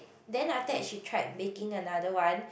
then after that she tried baking another one